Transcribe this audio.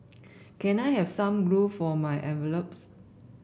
can I have some glue for my envelopes